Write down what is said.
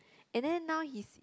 and then now his